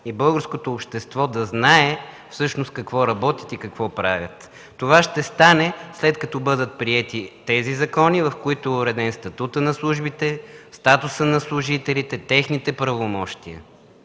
и българското общество да знае всъщност какво работят и какво правят. Това ще стане, след като бъдат приети тези закони, в които е уреден статутът на службите, статусът на служителите, техните правомощия.